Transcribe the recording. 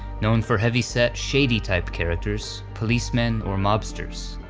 known for heavyset shady type characters policemen, or mobsters.